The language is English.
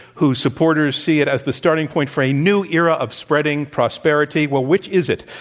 whose supporters see it as the starting point for a new era of spreading prosperity. well, which is it?